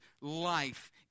life